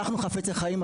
אנחנו חפצי חיים,